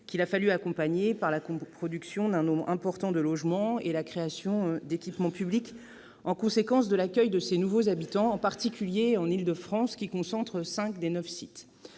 qu'il a fallu accompagner par la production d'un nombre important de logements et la création d'équipements publics rendus nécessaires par l'accueil de nouveaux habitants, en particulier en Île-de-France, qui concentre cinq des neuf sites.